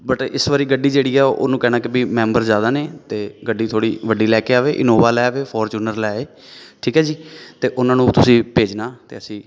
but ਇਸ ਵਾਰੀ ਗੱਡੀ ਜਿਹੜੀ ਆ ਉਹਨੂੰ ਕਹਿਣਾ ਕਿ ਵੀ ਮੈਂਬਰ ਜ਼ਿਆਦਾ ਨੇ ਅਤੇ ਗੱਡੀ ਥੋੜ੍ਹੀ ਵੱਡੀ ਲੈ ਕੇ ਆਵੇ ਇਨੋਵਾ ਲੈ ਆਵੇ ਫੋਰਚੂਨਰ ਲੈ ਆਵੇ ਠੀਕ ਹੈ ਜੀ ਅਤੇ ਉਹਨਾਂ ਨੂੰ ਤੁਸੀਂ ਭੇਜਣਾ ਅਤੇ ਅਸੀਂ